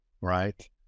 right